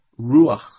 Ruach